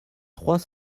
trois